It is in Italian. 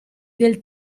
del